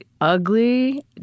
ugly